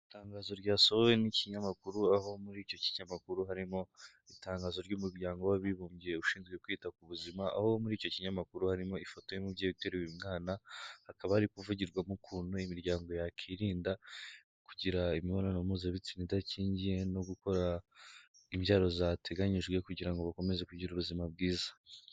Itangazo ryasohowe n'ikinyamakuru aho muri icyo kinyamakuru harimo itangazo ry'umuryango w'abibumbye ushinzwe kwita ku buzima, aho muri icyo kinyamakuru harimo ifoto y'umubyeyi uteruye umwana hakaba hari kuvugirwamo ukuntu imiryango yakwirinda kugira imibonano mpuzabitsina idakingiye no gukora imbyaro zateganyijwe kugira ngo bakomeze kugira ubuzima bwiza.